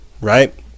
right